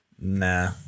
nah